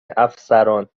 افسران